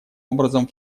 образом